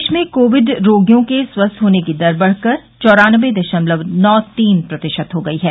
देश में कोविड रोगियों के स्वस्थ होने की दर बढ़कर चौरानबे दशमलव नौ तीन प्रतिशत हो गई है